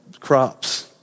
crops